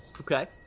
Okay